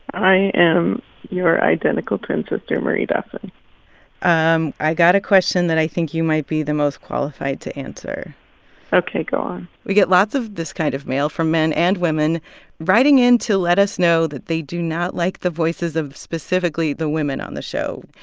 i am your identical twin sister, marie duffin um i got a question that i think you might be the most qualified to answer ok, go on we get lots of this kind of mail from men and women writing in to let us know that they do not like the voices of specifically the women on the show.